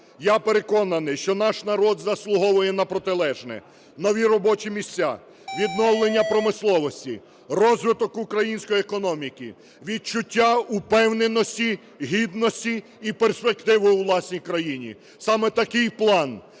Я переконаний, що наш народ заслуговує на протилежне, нові робочі місця, відновлення промисловості, розвиток української економіки, відчуття упевненості, гідності і перспективи у власній країні, саме такий план,